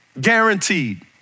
Guaranteed